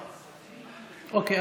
אוקיי.